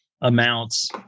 amounts